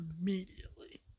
immediately